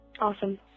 awesome